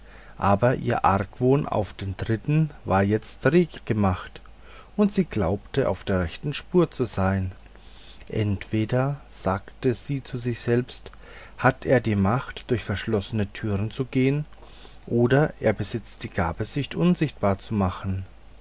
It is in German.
aber ihr argwohn auf den dritten war jetzt rege gemacht und sie glaubte auf der rechten spur zu sein entweder sagte sie zu sich selbst hat er die macht durch verschlossene türen zu gehn oder er besitzt die gabe sich unsichtbar zu machen